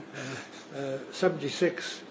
76